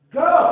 go